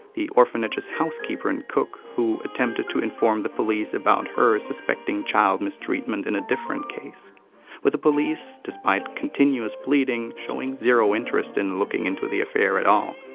the orphanage's housekeeper and cook, who attempted to inform the police about her suspecting child mistreatment in a different case with the police, despite continuous pleading, showing zero interest in looking into the affair. um